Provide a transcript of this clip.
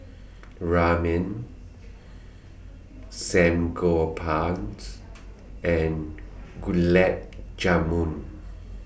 Ramen and Gulab Jamun